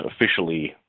officially